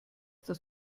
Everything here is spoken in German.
das